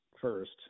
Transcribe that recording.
first